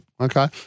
Okay